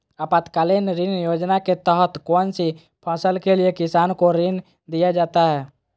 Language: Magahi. आपातकालीन ऋण योजना के तहत कौन सी फसल के लिए किसान को ऋण दीया जाता है?